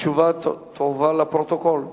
תשובה לפרוטוקול.